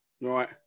Right